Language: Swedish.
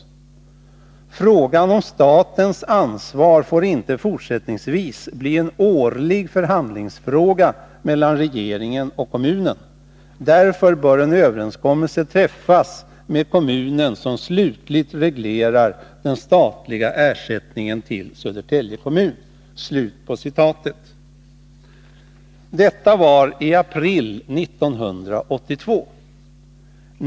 Frågan om statens ansvar får inte fortsättningsvis bli en årlig förhandlingsfråga mellan regeringen och kommunen. Därför bör en överenskommelse träffas med kommunen som slutligt reglerar den statliga ersättningen till Södertälje kommun.” Detta var i april 1982.